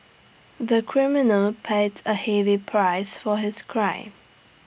the criminal paid A heavy price for his crime